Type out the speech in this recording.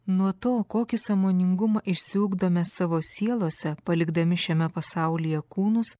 nuo to kokį sąmoningumą išsiugdome savo sielose palikdami šiame pasaulyje kūnus